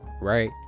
right